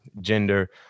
gender